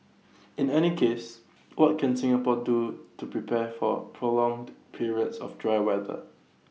in any case what can Singapore do to prepare for prolonged periods of dry weather